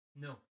No